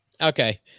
Okay